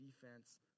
defense